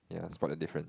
ya spot the difference